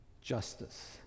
Justice